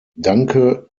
danke